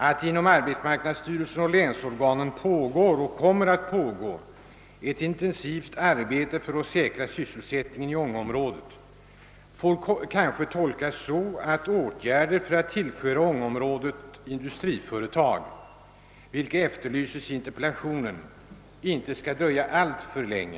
Att det inom arbetsmarknadsstyrelsen och länsorganen pågår och kommer att pågå ett intensivt arbete för att säkra sysselsättningen i Ånge-området, får kanske tolkas så att åtgärder för att tillföra Ånge-området industriföretag, något som efterlyses i interpellationen, inte skall dröja alltför länge.